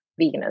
veganism